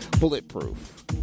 Bulletproof